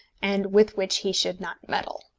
and with which he should not meddle.